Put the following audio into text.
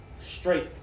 straight